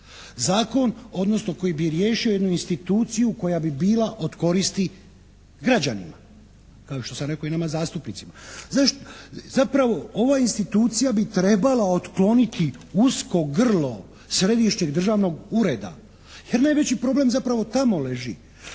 odnosno koji bi riješio jednu instituciju koja bi bila od koristi građanima kao što sam rekao i nama zastupnicima. Zapravo ova institucija bi trebala otkloniti usko grlo Središnjeg državnog ureda, jer najveći problem zapravo tamo leži.